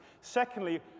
Secondly